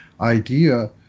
idea